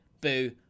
Boo